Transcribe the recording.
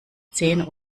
zehn